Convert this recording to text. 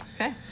Okay